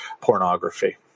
pornography